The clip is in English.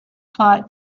plot